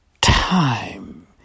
time